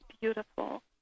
beautiful